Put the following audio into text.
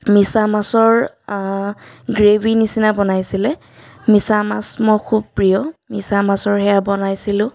মিছামাছৰ gravy নিচিনা বনাইছিলে মিছামাছ মোৰ খুব প্ৰিয় মিছামাছৰ সেয়া বনাইছিলোঁ